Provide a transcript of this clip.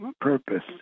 purpose